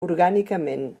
orgànicament